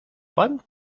pan